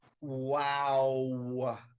Wow